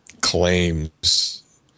claims